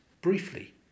Briefly